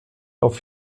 auf